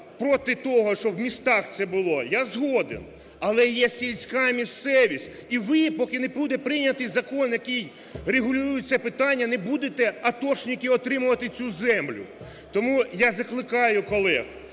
проти того, щоб в містах це було, я згоден. Але є сільська місцевість, і ви, поки не буде прийнятий закон, який регулює це питання, не будете, атошники, отримувати цю землю. Тому я закликаю колег,